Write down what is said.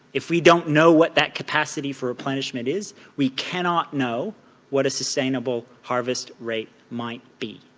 if we don't know what that capacity for replenishment is we cannot know what a sustainable harvest rate might be.